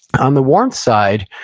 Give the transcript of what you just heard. on the warmth side,